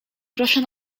proszę